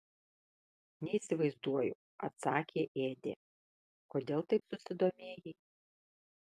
neįsivaizduoju atsakė ėdė kodėl taip susidomėjai